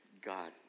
God